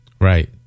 Right